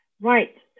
Right